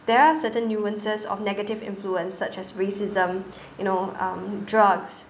there are certain nuances of negative influence such as racism you know um drugs